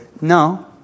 No